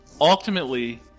ultimately